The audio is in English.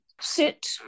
sit